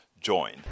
join